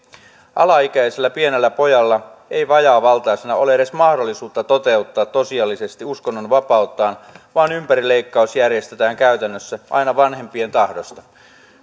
alaikäisellä pienellä pojalla ei vajaavaltaisena ole edes mahdollisuutta toteuttaa tosiasiallisesti uskonnonvapauttaan vaan ympärileikkaus järjestetään käytännössä aina vanhempien tahdosta